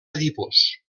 adipós